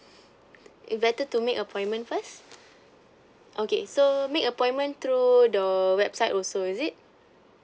if better to make appointment first okay so make appointment through the website also is it